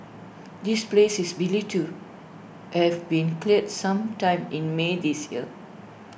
this place is believed to have been cleared some time in may this year